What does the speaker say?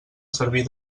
servir